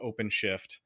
OpenShift